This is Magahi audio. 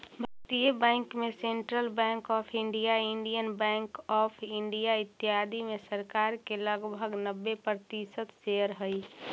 भारतीय बैंक में central bank of India, Indian bank, bank of India, इत्यादि में सरकार के लगभग नब्बे प्रतिशत शेयर हइ